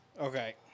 Okay